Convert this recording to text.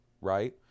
Right